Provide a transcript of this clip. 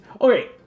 Okay